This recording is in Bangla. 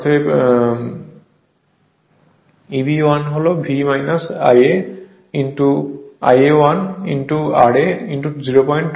অতএব Eb 1 হবে V Ia 1 ra 025